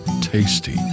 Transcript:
tasty